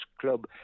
club